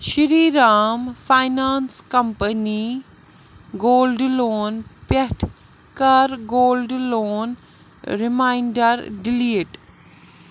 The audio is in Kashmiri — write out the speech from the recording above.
Shri Ram finance company gold loan پٮ۪ٹھ کَر گولڈ لون رِماینٛڈر ڈِلیٖٹ